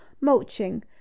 mulching